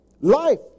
Life